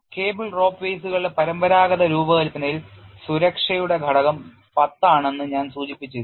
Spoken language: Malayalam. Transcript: കേബിൾ റോപ്പ് ways കളുടെ പരമ്പരാഗത രൂപകൽപ്പനയിൽ സുരക്ഷയുടെ ഘടകം 10 ആണെന്ന് ഞാൻ സൂചിപ്പിച്ചിരുന്നു